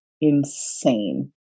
insane